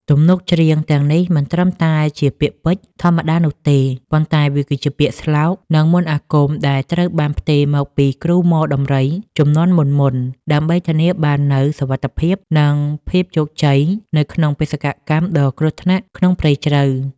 ទំនុកច្រៀងទាំងនេះមិនត្រឹមតែជាពាក្យពេចន៍ធម្មតានោះទេ ប៉ុន្តែវាគឺជាពាក្យស្លោក និងមន្តអាគមដែលត្រូវបានផ្ទេរមកពីគ្រូហ្មដំរីជំនាន់មុនៗ ដើម្បីធានាបាននូវសុវត្ថិភាព និងភាពជោគជ័យនៅក្នុងបេសកកម្មដ៏គ្រោះថ្នាក់ក្នុងព្រៃជ្រៅ។